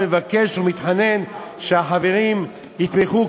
מבקש ומתחנן שהחברים יתמכו,